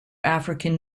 african